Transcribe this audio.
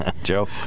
Joe